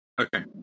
Okay